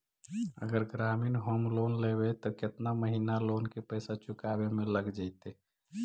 अगर ग्रामीण home loan लेबै त केतना महिना लोन के पैसा चुकावे में लग जैतै?